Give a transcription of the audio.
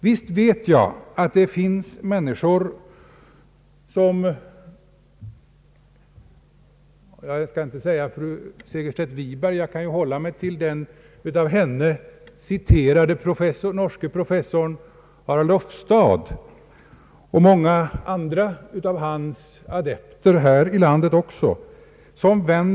Visst vet jag att det finns människor som vänder sig mot allt tal om samvete och samvetsupplevelser. Jag skall inte säga att detta gäller fru Segerstedt Wiberg. Jag kan hålla mig till den av henne citerade norske professorn Harald Ofstad och många av hans adepter här i landet.